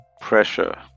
pressure